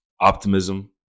Optimism